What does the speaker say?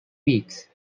weeks